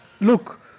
look